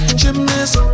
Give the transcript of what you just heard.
gymnast